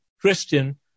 Christian